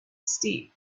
steep